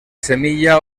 semilla